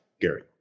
gary